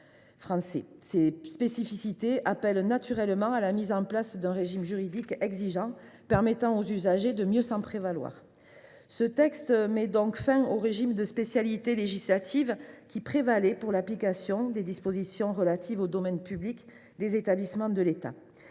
Ces caractéristiques appellent naturellement à la mise en place d’un régime juridique exigeant, qui permette aux usagers de mieux s’en prévaloir. Ce texte met donc fin au régime de spécialité législative qui prévalait pour l’application des dispositions relatives au domaine public des établissements de l’État.